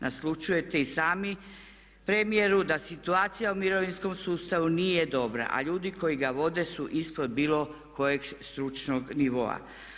Naslućujete i sami premijeru da situacija u mirovinskom sustavu nije dobra, a ljudi koji ga vode su ispod bilo kojeg stručnog nivoa.